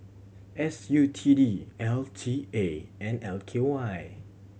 S U T D L T A and L K Y